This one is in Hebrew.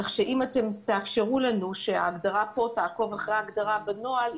כך שאם אתם תאפשרו לנו שההגדרה פה תעקוב אחרי ההגדרה בנוהל,